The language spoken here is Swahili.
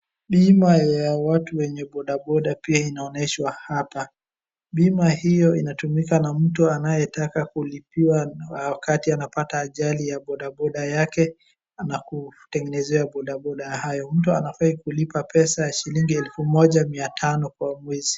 Bima ya watu wenye bodaboda pia inaonyeshwa hapa. Bima hiyo inatumika na mtu anayetaka kulipiwa wakati anapata ajali ya bodaboda yake na kutegenezewa bodaboda hayo. Mtu anafai kulipa pesa ya shilingi elfu moja mia tano kwa mwezi.